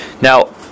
Now